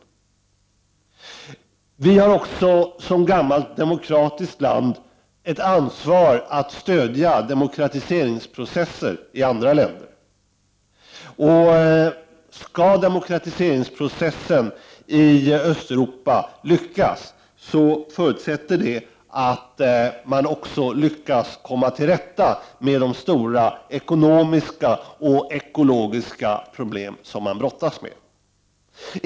Vi i Sverige har som invånare i ett gammalt demokratiskt land ett ansvar att stödja demokratiseringsprocesser i andra länder. Om demokratiseringsprocessen i Österuropa skall lyckas, förutsätter det att länderna i Östeuropa också lyckas komma till rätta med de stora ekonomiska och ekologiska problem som de brottas med.